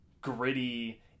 gritty